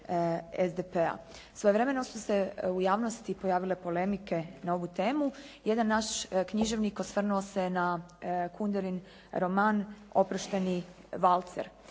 Svojevremeno su se u javnosti pojavile polemike na ovu temu. Jedan naš književnik osvrnuo se na Kunderin roman Oproštajni valcer.